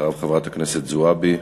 אחריו, חברת הכנסת זועבי,